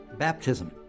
Baptism